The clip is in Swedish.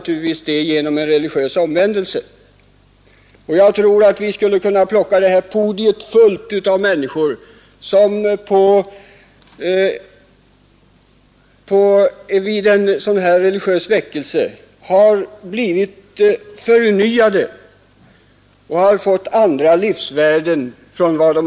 För en del människor är den vägen lätt. Man skulle säkerligen lätt kunna plocka hela talmanspodiet fullt av människor, som vid en religiös väckelse har blivit förnyade och fått andra livsvärden än tidigare.